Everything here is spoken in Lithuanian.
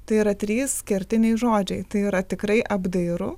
tai yra trys kertiniai žodžiai tai yra tikrai apdairu